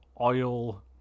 oil